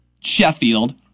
Sheffield